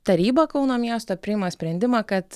taryba kauno miesto priima sprendimą kad